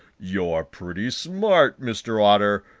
you're pretty smart, mr. otter!